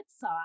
side